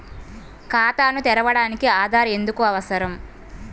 ఖాతాను తెరవడానికి ఆధార్ ఎందుకు అవసరం?